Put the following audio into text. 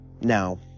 Now